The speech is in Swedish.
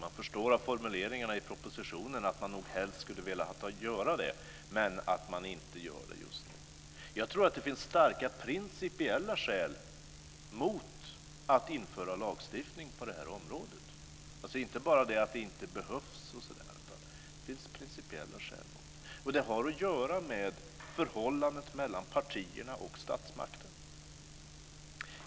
Man förstår av formuleringarna i propositionen att regeringen nog helst skulle velat göra det men gör det inte just nu. Jag tror att det finns starka principiella skäl mot att införa lagstiftning på det här området, alltså inte bara för att det inte behövs, utan det finns principiella skäl mot att göra. Det har att göra med förhållandet mellan partierna och statsmakten.